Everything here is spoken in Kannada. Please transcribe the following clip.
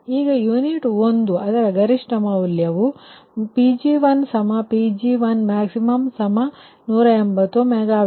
ಈಗ ಯುನಿಟ್ 1 ಅದರ ಗರಿಷ್ಠ ಮೌಲ್ಯವು Pg1 Pg1max180 MW